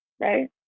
right